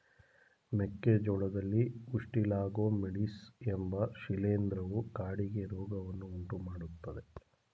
ಮೆಕ್ಕೆ ಜೋಳದಲ್ಲಿ ಉಸ್ಟಿಲಾಗೊ ಮೇಡಿಸ್ ಎಂಬ ಶಿಲೀಂಧ್ರವು ಕಾಡಿಗೆ ರೋಗವನ್ನು ಉಂಟುಮಾಡ್ತದೆ